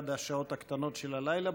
עד השעות הקטנות של הלילה,